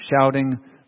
shouting